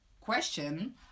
question